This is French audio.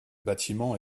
bâtiment